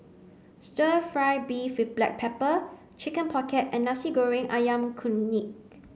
stir fry beef with black pepper chicken pocket and Nasi Goreng Ayam Kunyit